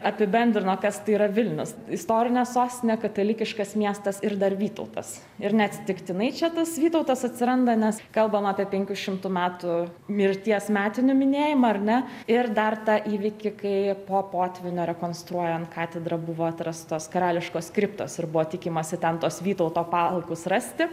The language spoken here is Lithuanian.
apibendrino kas tai yra vilnius istorinė sostinė katalikiškas miestas ir dar vytautas ir neatsitiktinai čia tas vytautas atsiranda nes kalbam apie penkių šimtų metų mirties metinių minėjimą ar ne ir dar tą įvykį kai po potvynio rekonstruojant katedrą buvo atrastos karališkos kriptos ir buvo tikimasi ten tuos vytauto palaikus rasti